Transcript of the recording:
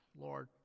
Lord